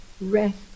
rest